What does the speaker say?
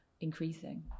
increasing